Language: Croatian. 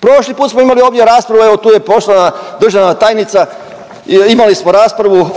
Prošli put smo imali ovdje raspravu evo tu je poštovana državna tajnica, imali smo raspravu